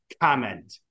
comment